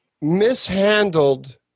mishandled